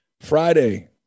Friday